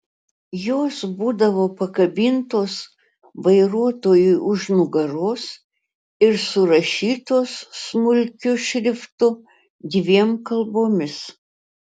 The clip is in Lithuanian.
jos būdavo pakabintos vairuotojui už nugaros ir surašytos smulkiu šriftu dviem kalbomis